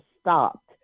stopped